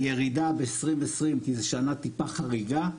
ירידה ב-2020 כי זו שנה טיפה חריגה.